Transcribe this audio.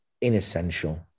inessential